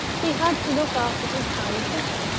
he had to look after his tiny sister,